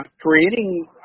Creating